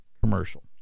commercial